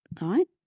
right